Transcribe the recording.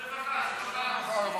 רווחה.